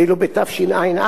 ואילו בתשע"א,